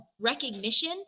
recognition